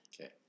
Okay